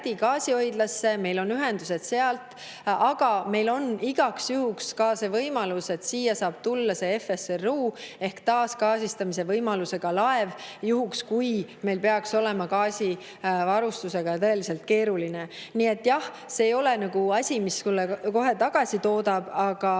gaasihoidlasse, meil on sealt ühendused. Aga meil on igaks juhuks ka see võimalus, et siia saab tulla FSRU ehk taasgaasistamise võimalusega laev, juhul kui meil peaks olema gaasivarustusega tõeliselt keeruline. Nii et jah, see ei ole asi, mis kohe tagasi toodab, aga